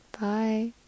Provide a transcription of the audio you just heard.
Bye